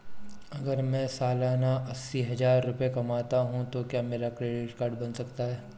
अगर मैं सालाना अस्सी हज़ार रुपये कमाता हूं तो क्या मेरा क्रेडिट कार्ड बन सकता है?